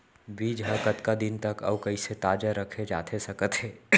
बीज ह कतका दिन तक अऊ कइसे ताजा रखे जाथे सकत हे?